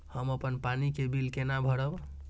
हम अपन पानी के बिल केना भरब?